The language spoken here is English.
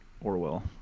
Orwell